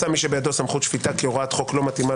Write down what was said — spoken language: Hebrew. מצא כי מי שבידו סמכות שפיטה כי הוראת חוק לא מתאימה